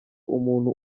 umuntu